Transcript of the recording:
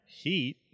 heat